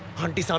auntie so um